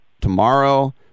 tomorrow